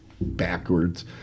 backwards